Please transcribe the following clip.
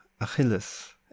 Achilles